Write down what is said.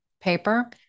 paper